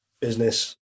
business